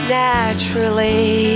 naturally